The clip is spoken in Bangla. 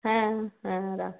হ্যাঁ হ্যাঁ রাখছি